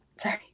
Sorry